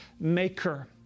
maker